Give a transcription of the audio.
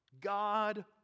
God